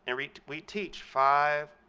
and we we teach five,